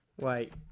Wait